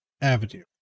avenue